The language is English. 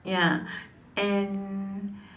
ya and